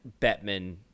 Bettman –